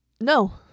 no